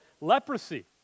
leprosy